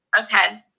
Okay